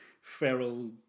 feral